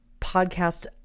podcast